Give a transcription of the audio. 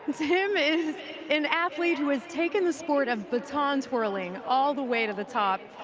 tim is an athlete who has taken the sport of baton twirling all the way to the top.